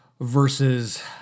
versus